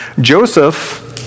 Joseph